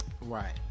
Right